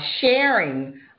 sharing